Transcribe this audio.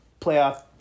playoff